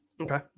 Okay